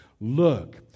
look